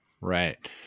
Right